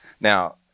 Now